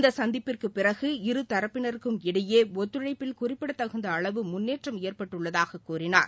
இந்த சந்திப்பிற்குப் பிறகு இருதரப்பினருக்கும் இடையேயான ஒத்துழைப்பில் குறிப்பிடத்தகுந்த அளவு முன்னேற்றம் ஏற்பட்டுள்ளதாக கூறினார்